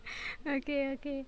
okay okay let's see